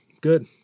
good